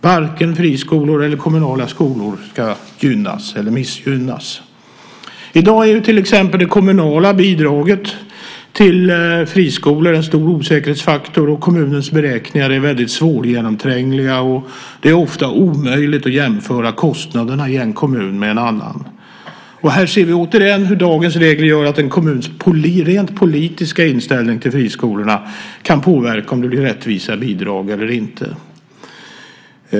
Varken friskolor eller kommunala skolor ska gynnas eller missgynnas. I dag är till exempel det kommunala bidraget till friskolor en stor osäkerhetsfaktor. Kommunens beräkningar är väldigt svårgenomträngliga. Det är ofta omöjligt att jämföra kostnaderna i en kommun med en annan. Här ser vi återigen hur dagens regler gör att en kommuns rent politiska inställning till friskolor kan påverka om det blir rättvisa bidrag eller inte.